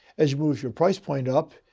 as you move your price point up,